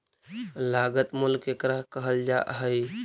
लागत मूल्य केकरा कहल जा हइ?